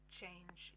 change